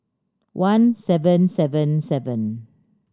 one seven seven seven